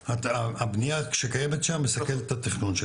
הבנייה שקיימת שם מסכלת את התכנון שלהם?